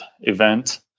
event